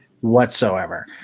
Whatsoever